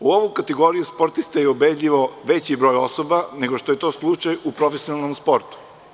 U ovoj kategoriju sportista je ubedljivo veći broj osoba nego što je to slučaj u profesionalnom sportu.